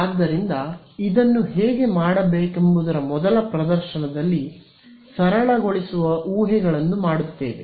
ಆದ್ದರಿಂದ ಇದನ್ನು ಹೇಗೆ ಮಾಡಬೇಕೆಂಬುದರ ಮೊದಲ ಪ್ರದರ್ಶನದಲ್ಲಿ ಸರಳಗೊಳಿಸುವ ಊಹೆಗಳನ್ನು ಮಾಡುತ್ತೇವೆ